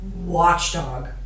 watchdog